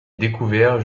découvert